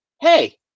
hey